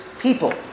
people